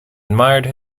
admired